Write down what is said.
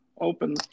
open